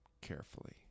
carefully